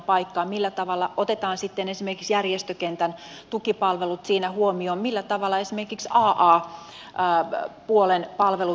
millä tavalla otetaan esimerkiksi järjestökentän tukipalvelut siinä huomioon millä tavalla isä ja aa puolen palvelut huomioon